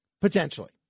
Potentially